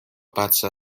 pazza